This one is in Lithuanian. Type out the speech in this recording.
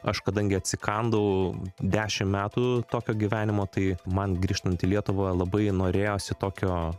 aš kadangi atsikandau dešim metų tokio gyvenimo tai man grįžtant į lietuvą labai norėjosi tokio